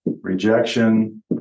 Rejection